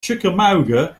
chickamauga